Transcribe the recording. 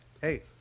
Hey